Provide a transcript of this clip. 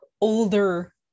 older